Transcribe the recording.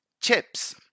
Chips